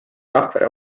rakvere